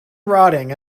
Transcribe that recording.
rotting